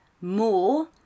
more